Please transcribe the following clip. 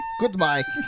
goodbye